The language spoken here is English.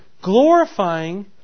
glorifying